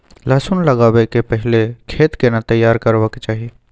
लहसुन लगाबै के पहिले खेत केना तैयार करबा के चाही?